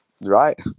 Right